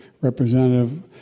Representative